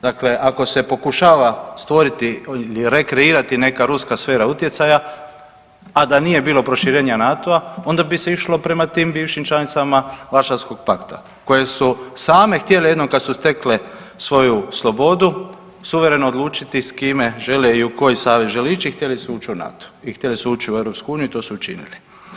Dakle, ako se pokušava stvoriti ili rekreirati neka ruska sfera utjecaja, a da nije bilo proširenja NATO-a onda bi se išlo prema tim bivšim članicama Varšavskog pakta koje su same htjele jednom kad su stekle svoju slobodu suvereno odlučiti s kime žele i u koji savez žele ući, htjele su ući u NATO i htjele su ući u EU i to su učinile.